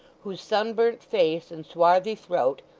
whose sunburnt face and swarthy throat,